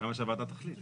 כמה שהוועדה תחליט.